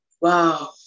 Wow